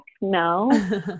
No